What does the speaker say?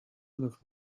look